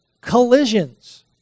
collisions